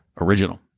original